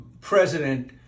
President